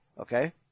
Okay